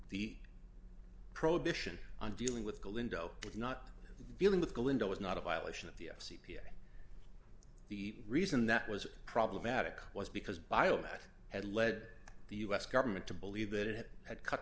the prohibition on dealing with the lindo with not dealing with the window is not a violation of the f c p the reason that was problematic was because biomet had led the us government to believe that it had cut